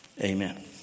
Amen